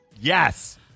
Yes